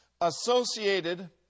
associated